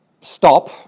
stop